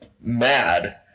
mad